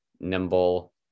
nimble